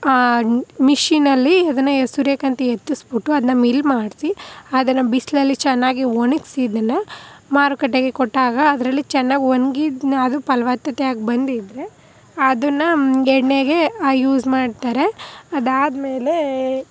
machine ಅಲ್ಲಿ ಅದನ್ನು ಸೂರ್ಯಕಾಂತಿ ಎತ್ತಿಸಿಬಿಟ್ಟು ಅದನ್ನ ಮಿಲ್ ಮಾಡಿಸಿ ಅದನ್ನು ಬಿಸಿಲಲ್ಲಿ ಚೆನ್ನಾಗಿ ಒಣಗಿಸಿ ಅದನ್ನು ಮಾರುಕಟ್ಟೆಗೆ ಕೊಟ್ಟಾಗ ಅದರಲ್ಲಿ ಚೆನ್ನಾಗಿ ಒಣಗಿದ್ನ ಅದು ಫಲವತ್ತತೆ ಆಗಿ ಬಂದಿದ್ದರೆ ಅದನ್ನು ಎಣ್ಣೆಗೆ ಆ ಯೂಸ್ ಮಾಡ್ತಾರೆ ಅದಾದ್ಮೇಲೆ